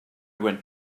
went